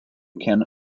can